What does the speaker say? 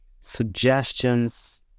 suggestions